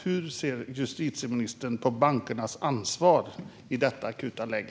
Hur ser justitieministern på bankernas ansvar i detta akuta läge?